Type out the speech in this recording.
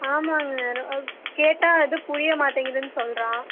ஆமாங்க கேட்டால் இது புரியமாட்டேங்கிதுன்னு சொல்கிறான்